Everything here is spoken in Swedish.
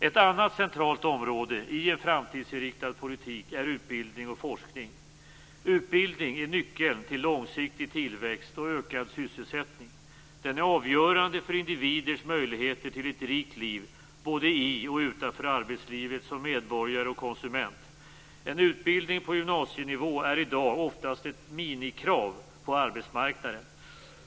Ett annat centralt område i en framtidsinriktad politik är utbildning och forskning. Utbildning är nyckeln till långsiktig tillväxt och ökad sysselsättning. Den är avgörande för individers möjligheter till ett rikt liv både i och utanför arbetslivet, som medborgare och konsument. En utbildning på gymnasienivå är i dag oftast ett minimikrav på arbetsmarknaden.